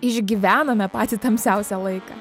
išgyvename patį tamsiausią laiką